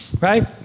right